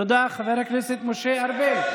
תודה, חבר הכנסת משה ארבל.